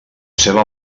seva